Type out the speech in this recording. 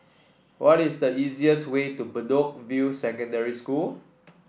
what is the easiest way to Bedok View Secondary School